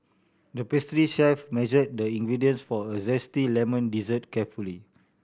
the pastry chef measured the ingredients for a zesty lemon dessert carefully